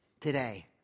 today